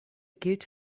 gilt